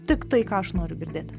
tiktai ką aš noriu girdėti